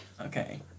okay